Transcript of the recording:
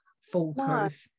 foolproof